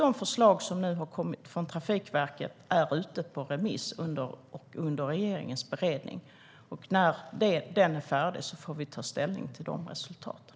De förslag som har kommit från Trafikverket är ute på remiss under regeringens beredning. När den är färdig får vi ta ställning till resultatet.